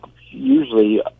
usually